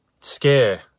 scare